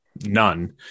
none